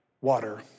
water